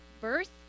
birth